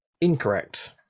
Incorrect